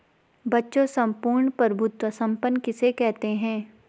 बच्चों सम्पूर्ण प्रभुत्व संपन्न किसे कहते हैं?